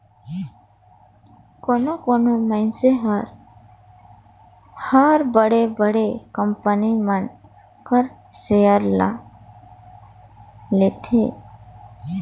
कोनो कोनो मइनसे हर बड़े बड़े कंपनी मन कर सेयर ल लेथे